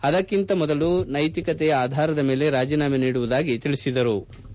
ಆದಕ್ಕಿಂತ ಮೊದಲು ನೈತಿಕತೆಯ ಆಧಾರದ ಮೇಲೆ ರಾಜೀನಾಮ ನೀಡುವುದಾಗಿ ತಿಳಿಸಿದರು ಧ್ವನಿ ಎಸ್